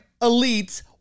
elites